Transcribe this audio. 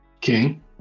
King